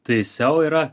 tai seo yra